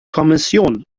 kommission